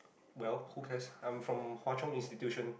well who cares I from hwa chong Institution